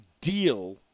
deal